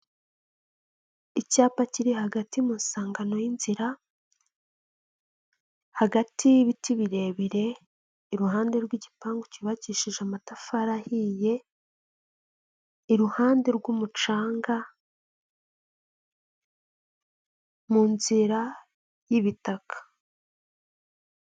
Icyapa kiri hagati mu isangano y'inzira, hagati y'ibiti birebire, iruhande rw'igipangu cyubakishije amatafari ahiye, iruhande rw'umucanga, mu nzira y'ibitaka.